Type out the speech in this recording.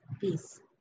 peace